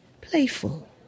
playful